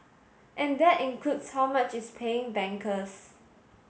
and that includes how much it's paying bankers